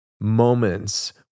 moments